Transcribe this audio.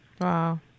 Wow